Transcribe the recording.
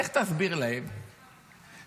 איך תסביר להם שאחרי